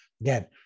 again